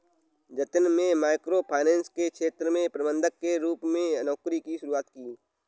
जतिन में micro finance के क्षेत्र में प्रबंधक के रूप में नौकरी की शुरुआत की